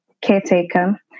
caretaker